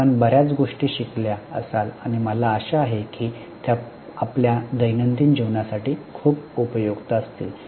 आपण बर्याच गोष्टी शिकल्या असाल आणि मला आशा आहे की त्या आपल्या दैनंदिन जीवनासाठी खूप उपयुक्त असतील